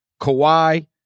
Kawhi